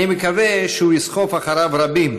אני מקווה שהוא יסחף אחריו רבים,